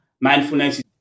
Mindfulness